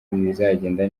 bizagenda